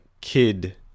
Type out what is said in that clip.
kid